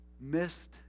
missed